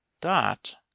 Dot